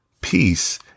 peace